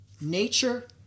Nature